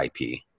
IP